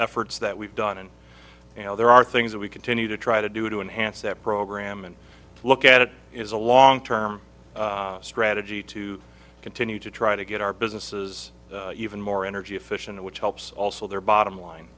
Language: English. efforts that we've done and you know there are things that we continue to try to do to enhance that program and look at it is a long term strategy to continue to try to get our businesses even more energy efficient which helps also their bottom line